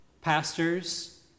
Pastors